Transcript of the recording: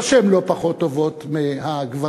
לא שהן לא פחות טובות מהגברים,